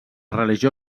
religió